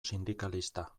sindikalista